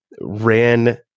ran